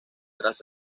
trazas